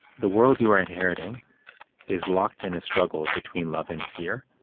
the world you are inheriting is locked in a struggle between love and fear.